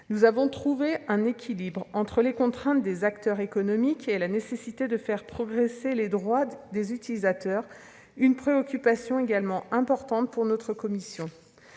Nous avons trouvé un équilibre entre les contraintes des acteurs économiques et la nécessité de faire progresser les droits des utilisateurs ; il s'agissait d'une préoccupation également importante pour notre commission.